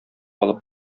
алып